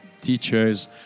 teachers